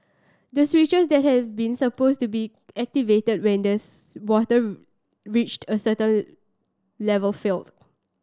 the switches that have been supposed to be activated when the water reached a certain level failed